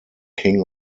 king